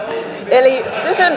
eli